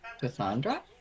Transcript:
Cassandra